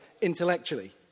intellectually